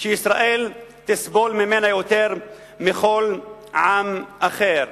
שישראל תסבול ממנה יותר מכל עם אחר.